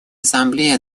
ассамблея